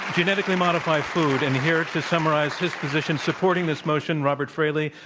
genetically modify food. and here to summarize his position supporting this motion, robert fraley,